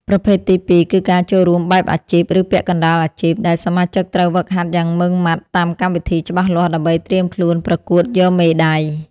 ប្រភេទទីពីរ គឺការចូលរួមបែបអាជីព ឬពាក់កណ្តាលអាជីព ដែលសមាជិកត្រូវហ្វឹកហាត់យ៉ាងម៉ឺងម៉ាត់តាមកម្មវិធីច្បាស់លាស់ដើម្បីត្រៀមខ្លួនប្រកួតយកមេដាយ។